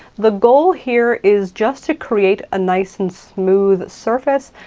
the goal here is just to create a nice and smooth surface,